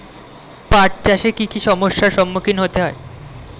পাঠ চাষে কী কী সমস্যার সম্মুখীন হতে হয়?